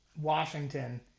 Washington